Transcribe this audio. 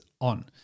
on